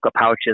pouches